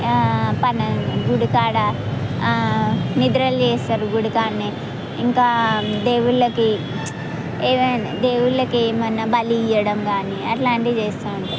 పని అంతా గుడి కాడ నిద్రలు చేస్తారు గుడి కాడ ఇంకా దేవుళ్ళకి ఏవైనా దేవుళ్ళకి ఏమన్నా బలి ఇవ్వడం కానీ అలాంటివి చేస్తు ఉంటారు